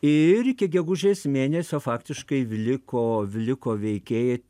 ir iki gegužės mėnesio faktiškai vliko vliko veikėjai